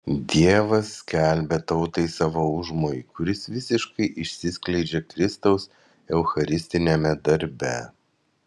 dievas skelbia tautai savo užmojį kuris visiškai išsiskleidžia kristaus eucharistiniame darbe